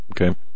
Okay